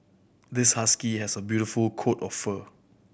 this husky has a beautiful coat of fur